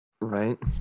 Right